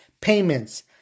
payments